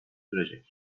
sürecek